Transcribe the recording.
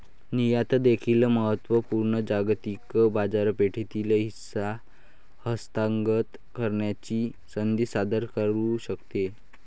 निर्यात देखील महत्त्व पूर्ण जागतिक बाजारपेठेतील हिस्सा हस्तगत करण्याची संधी सादर करू शकते